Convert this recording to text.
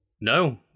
No